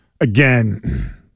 Again